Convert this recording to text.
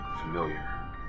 Familiar